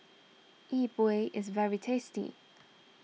Yi Bua is very tasty